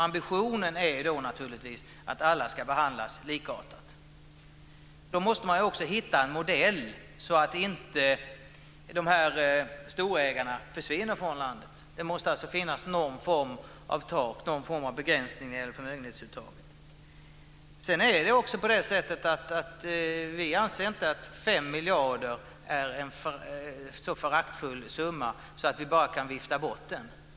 Ambitionen är naturligtvis att alla ska behandlas likartat. Då måste man också hitta en modell så att inte de här storägarna försvinner från landet. Det måste alltså finnas någon form av tak, någon form av begränsning, när det gäller förmögenhetsskatteuttaget. Sedan anser inte vi att 5 miljarder är en så föraktlig summa att vi bara kan vifta bort den.